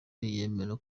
yemera